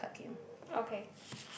okay